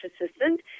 assistant